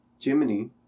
Jiminy